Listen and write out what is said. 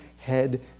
head